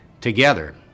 together